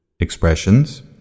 Expressions